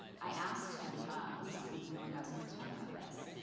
i asked him recently, knowing i was gonna talk about this,